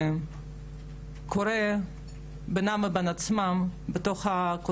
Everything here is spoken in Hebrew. ואין שום סיבה שאנחנו לא נראה אותם.